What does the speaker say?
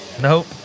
nope